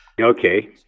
Okay